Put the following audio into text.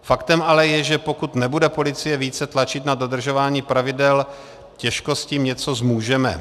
Faktem ale je, že pokud nebude policie více tlačit na dodržování pravidel, těžko s tím něco zmůžeme.